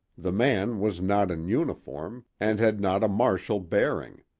the man was not in uniform and had not a martial bearing.